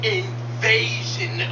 invasion